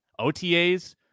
otas